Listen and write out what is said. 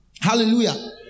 Hallelujah